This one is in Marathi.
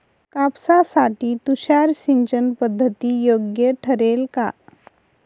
कापसासाठी तुषार सिंचनपद्धती योग्य ठरेल का?